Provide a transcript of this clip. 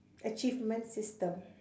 achievement system